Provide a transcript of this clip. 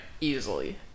easily